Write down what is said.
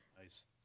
Nice